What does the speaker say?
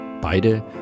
Beide